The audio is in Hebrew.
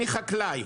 אני חקלאי,